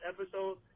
episode